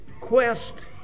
quest